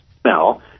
smell